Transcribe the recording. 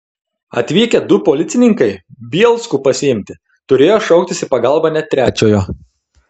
atvykę du policininkai bielskų pasiimti turėjo šauktis į pagalbą net trečiojo